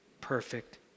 perfect